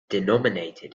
denominated